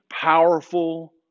powerful